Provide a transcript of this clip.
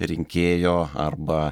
rinkėjo arba